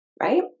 right